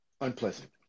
Unpleasant